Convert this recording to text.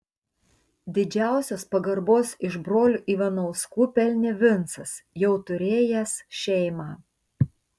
didžiausios pagarbos iš brolių ivanauskų pelnė vincas jau turėjęs šeimą